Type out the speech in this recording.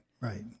right